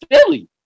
Philly